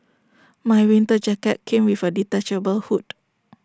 my winter jacket came with A detachable hood